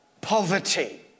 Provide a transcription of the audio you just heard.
poverty